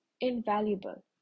invaluable